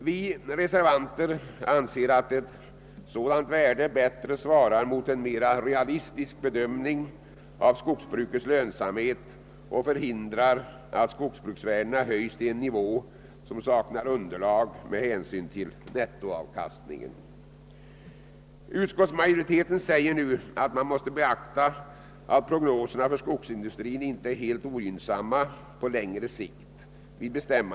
Vi reservanter anser att ett sådant värde bättre svarar mot en mera realistisk bedömning av skogsbrukets lönsamhet och förhindrar att skogsbruksvärdena höjs till en nivå som saknar underlag med hänsyn till nettoavkastningen. Utskottsmajoriteten säger nu att man vid bestämmandet av säkerhetsmarginalen måste beakta, att prognoserna för skogsindustrin inte är helt ogynnsamma på längre sikt.